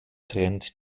trennt